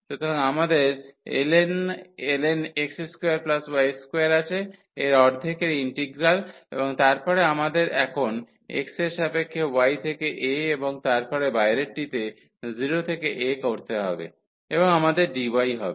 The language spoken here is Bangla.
সুতরাং আমাদের ln x2y2 আছে এর অর্ধেকের ইন্টিগ্রাল এবং তারপরে আমাদের এখন x এর সাপেক্ষে y থেকে a এবং তারপর বাইরেরটিতে 0 থেকে a করতে হবে এবং আমাদের dy হবে